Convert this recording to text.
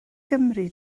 gymri